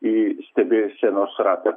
į stebėsenos ratą